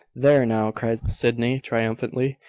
there, now! cried sydney, triumphantly.